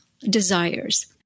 desires